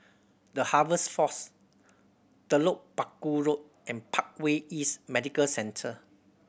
The Harvest Force Telok Paku Road and Parkway East Medical Centre